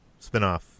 spinoff